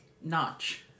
Notch